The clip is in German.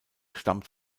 stammt